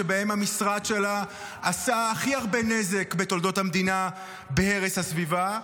שבהם המשרד שלה עשה הכי הרבה נזק בתולדות המדינה בהרס הסביבה.